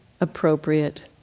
appropriate